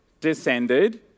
descended